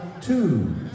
two